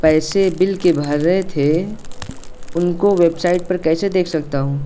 پیسے بل کے بھر رہے تھے ان کو ویب سائٹ پر کیسے دیکھ سکتا ہوں